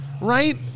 right